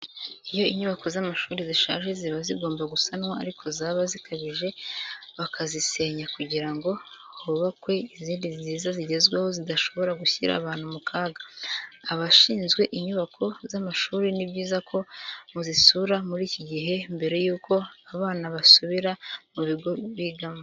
Iyo inyubako z'amashuri zishaje ziba zigomba gusanwa ariko zaba zikabije bakazisenya kugira ngo hubakwe izindi nziza zigezweho zidashobora gushyira abantu mu kaga. Abashinzwe inyubako z'amashuri ni byiza ko muzisura muri iki gihe mbere yuko abana basubira mu bigo bigamo.